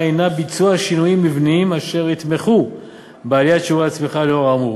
היא ביצוע שינויים מבניים אשר יתמכו בעליית שיעורי הצמיחה לאור האמור.